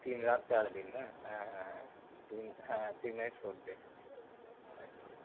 তিন রাত চার দিন না হ্যাঁ হ্যাঁ হ্যাঁ থ্রি নাইট ফোর ডে আচ্ছা